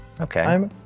Okay